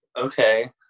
okay